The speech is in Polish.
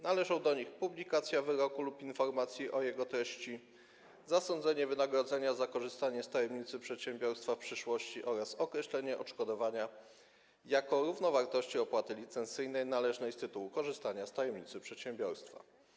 Należą do nich: publikacja wyroku lub informacji o jego treści, zasądzenie wynagrodzenia za korzystanie z tajemnicy przedsiębiorstwa w przyszłości oraz określenie odszkodowania jako równowartości opłaty licencyjnej należnej z tytułu korzystania z tajemnicy przedsiębiorstwa.